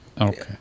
okay